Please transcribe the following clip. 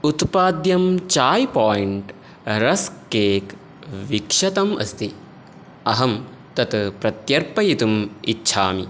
उत्पाद्यं Chai Point rusk cake विक्षतम् अस्ति अहं तत् प्रत्यर्पयितुम् इच्छामि